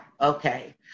Okay